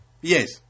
Yes